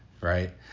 right